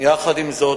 יחד עם זאת,